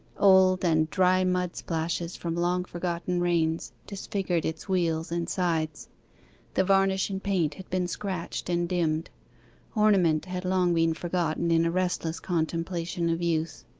old and dry mud-splashes from long-forgotten rains disfigured its wheels and sides the varnish and paint had been scratched and dimmed ornament had long been forgotten in a restless contemplation of use.